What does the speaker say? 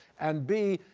and b,